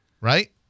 right